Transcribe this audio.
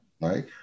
Right